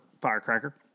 firecracker